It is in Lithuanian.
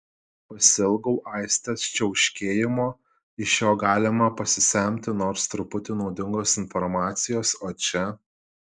pasiilgau aistės čiauškėjimo iš jo galima pasisemti nors truputį naudingos informacijos o čia